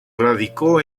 radicó